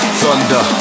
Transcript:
thunder